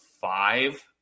five